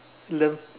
learn